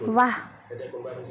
ৱাহ